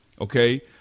okay